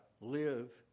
live